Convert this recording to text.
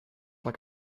like